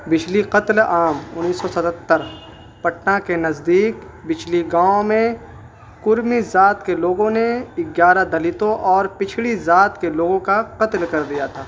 بچھلی قتل آم انیس سو ستہتر پٹنہ کے نزدیک بچھلی گاؤں میں قمی ذات کے لوگوں نے اگیارہ دلتوں اور پچھڑی ذات کے لوگوں کا قتل کر دیا تھا